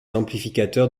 amplificateurs